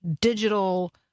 Digital